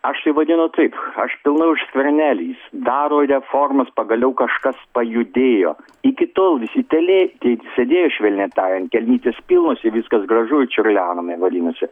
aš tai vadinu taip aš pilnai už skvernelį jis daro reformas pagaliau kažkas pajudėjo iki tol visi telėti sėdėjo švelniai tariant kelnytės pilnos ir viskas gražu čiurlename vadinasi